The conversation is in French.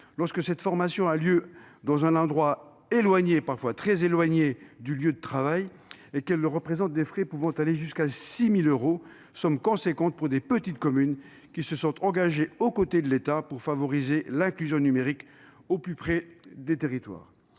lorsque cette formation a lieu dans un endroit éloigné- parfois très éloigné -du lieu de travail et qu'elle occasionne des frais pouvant aller jusqu'à 6 000 euros ? Ce sont des sommes importantes pour les petites communes qui se sont engagées aux côtés de l'État pour favoriser l'inclusion numérique au plus près des territoires.